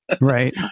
Right